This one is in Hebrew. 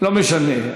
לא משנה.